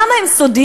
למה הם סודיים?